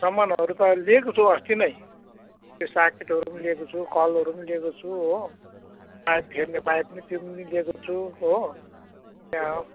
सामानहरू त ल्याएको छु अस्ति नै त्यो सकेटहरू पनि ल्याएको छु कलहरू पनि ल्याएको छु हो पाइप फेर्ने पाइप पनि त्यो पनि ल्याएको छु हो त्यहाँ